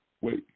Wait